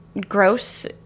gross